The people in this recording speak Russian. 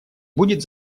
будет